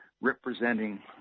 representing